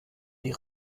die